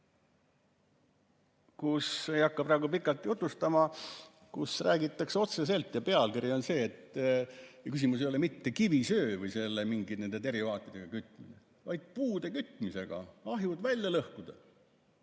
kus – ei hakka praegu pikalt jutustama – räägitakse otse ja pealkiri on see, et küsimus ei ole mitte kivisöe või mingite selle derivaatidega kütmises, vaid puudega kütmises. Ahjud välja lõhkuda!